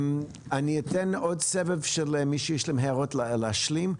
אני אתן עוד סבב למי שיש להם הערות להשלים.